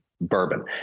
bourbon